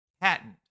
patent